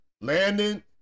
Landon